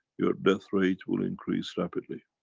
your death rate will increase rapidly.